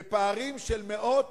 בפערים של מאות